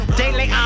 daily